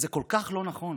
זה כל-כך לא נכון.